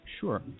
Sure